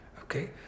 Okay